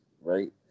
right